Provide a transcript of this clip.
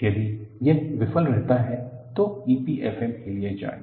यदि यह विफल रहता है तो EPFM के लिए जाएं